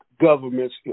governments